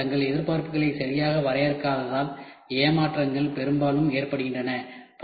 பயனர் தங்கள் எதிர்பார்ப்புகளை சரியாக வரையறுக்காததால் ஏமாற்றங்கள் பெரும்பாலும் ஏற்படுகின்றன